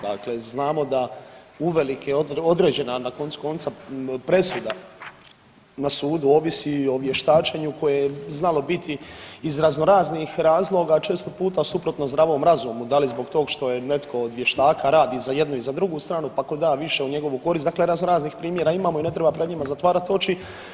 Dakle, znamo da uvelike određena na koncu konca presuda na sudu ovisi o vještačenju koje je znalo biti iz razno raznih razloga često puta suprotno zdravom razumu, da li zbog tog što netko od vještaka radi i za jednu i za drugu stranu, pa ko da više u njegovu korist, dakle razno raznih primjera imamo i ne treba pred njima zatvarat oči.